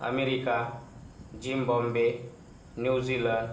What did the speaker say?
America Zimbabwe New Zealand